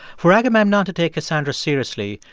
for agamemnon to take cassandra seriously,